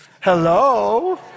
Hello